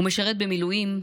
הוא משרת במילואים,